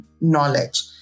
knowledge